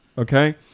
Okay